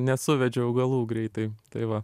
nesuvedžiau galų greitai tai va